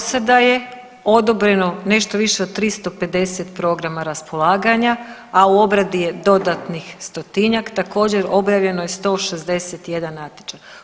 Do sada je odobreno nešto više od 350 programa raspolaganja, a u obradi je dodatnih stotinjak, također objavljeno je 161 natječaj.